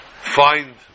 find